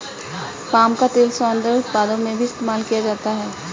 palm का तेल सौन्दर्य उत्पादों में भी इस्तेमाल किया जाता है